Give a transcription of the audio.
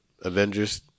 Avengers